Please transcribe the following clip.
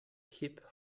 hip